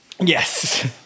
Yes